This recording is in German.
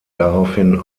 daraufhin